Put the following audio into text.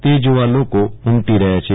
તે જોવા લોકો ઉમટો રહયા છે